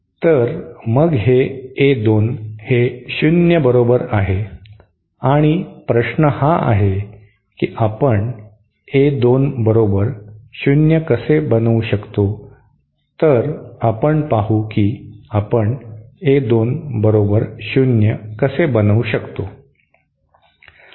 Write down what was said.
तर मग हे A 2 हे शून्य बरोबर आहे आणि प्रश्न हा आहे की आपण A 2 बरोबर शून्य कसे बनवू शकतो तर आपण पाहू की आपण A 2 बरोबर 0 कसे बनवू शकतो